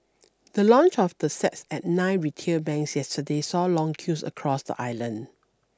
the launch of the sets at nine retail banks yesterday saw long queues across the island